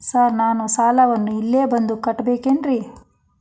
Sir ನಾನು ಸಾಲವನ್ನು ಇಲ್ಲೇ ಬಂದು ಕಟ್ಟಬೇಕೇನ್ರಿ?